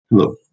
Hello